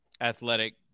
athletic